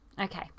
okay